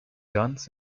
guns